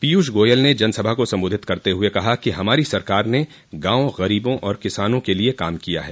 पीयूष गोयल ने जनसभा को सम्बोधित करते हुए कहा कि हमारी सरकार ने गाँव गरीबों और किसानों के लिए काम किया है